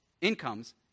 incomes